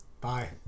bye